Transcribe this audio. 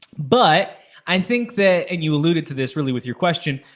but i think that, and you alluded to this, really, with your question.